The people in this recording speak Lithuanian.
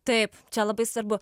taip čia labai svarbu